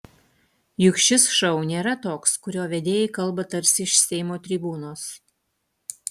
juk šis šou nėra toks kurio vedėjai kalba tarsi iš seimo tribūnos